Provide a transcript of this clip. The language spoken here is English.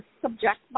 subject